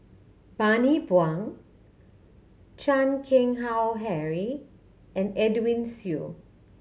Bani Buang Chan Keng Howe Harry and Edwin Siew